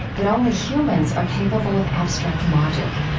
but only humans are capable of abstract logic.